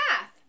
math